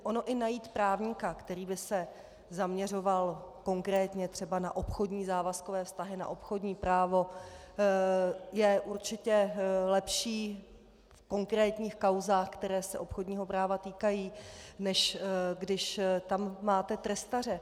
Ono i najít právníka, který by se zaměřoval konkrétně třeba na obchodní závazkové vztahy, na obchodní právo, je určitě lepší v konkrétních kauzách, které se obchodního práva týkají, než když tam máte trestaře.